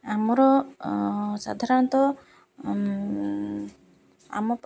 ଆମର ସାଧାରଣତଃ ଆମ